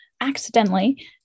accidentally